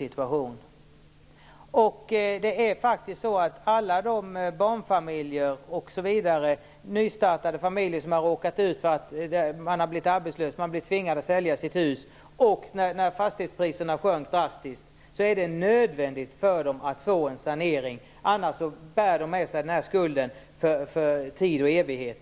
En sanering är nödvändig t.ex. för alla de barnfamiljer som har blivit arbetslösa och tvingade att sälja sitt hus när fastighetspriserna sjunkit drastiskt, annars bär de med sig skulden för tid och evighet.